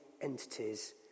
entities